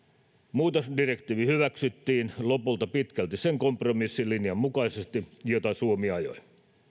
muutosdirektiivi hyväksyttiin lopulta pitkälti sen kompromissilinjan mukaisesti jota suomi ajoi